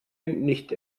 nicht